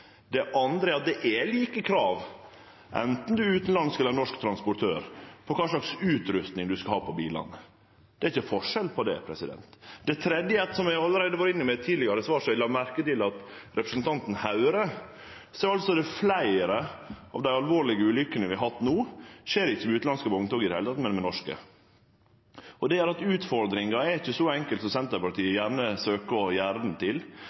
Det andre er at det er like krav, enten ein er utanlandsk eller norsk transportør, til kva slags utrusting ein skal ha på bilane. Det er ikkje forskjell på det. Det tredje, som eg allereie har vore innom i eit tidlegare svar, som eg la merke til at representanten høyrde, er at fleire av dei alvorlege ulykkene vi har hatt no, skjer ikkje med utanlandske vogntog i det heile, men med norske. Og at ein har hatt utfordringar, er ikkje så enkelt som Senterpartiet gjerne forsøkjer å gjere det til;